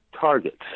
Targets